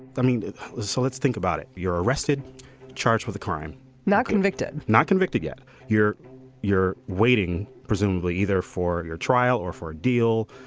i mean there's so let's think about it. you're arrested charged with a crime not convicted not convicted yet you're you're waiting presumably either for your trial or for a deal